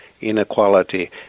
inequality